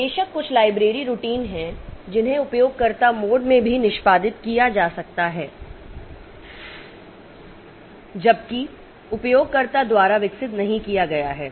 बेशक कुछ library routine हैं जिन्हें उपयोगकर्ता मोड में भी निष्पादित किया जा सकता है जबकि उपयोगकर्ता द्वारा विकसित नहीं किया गया है